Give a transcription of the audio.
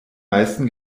meisten